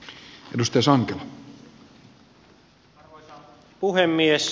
arvoisa puhemies